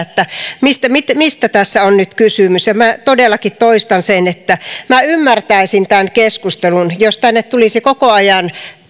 mistä tässä on nyt kysymys ja minä todellakin toistan sen että minä ymmärtäisin tämän keskustelun jos tänne tulisi koko ajan